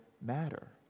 matter